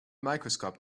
microscope